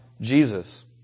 Jesus